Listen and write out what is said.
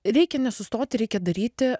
reikia nesustoti reikia daryti